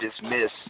dismiss